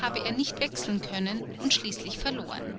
habe er nicht wechseln können und schließlich verloren